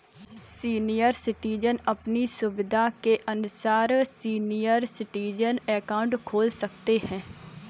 senior citizen अपनी सुविधा के अनुसार सीनियर सिटीजन अकाउंट खोल सकते है